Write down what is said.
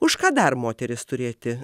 už ką dar moteris turėti